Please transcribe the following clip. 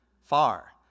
Far